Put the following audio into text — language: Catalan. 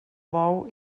bou